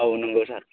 औ नोंगौ सार